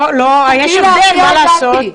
יש הבדל, מה לעשות.